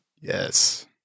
Yes